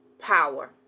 power